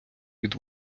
від